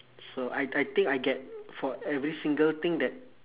so I th~ I think I get for every single thing that